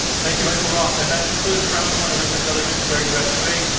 thank you, michael roth. and that concludes round one of this intelligence squared u. s. debate,